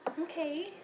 Okay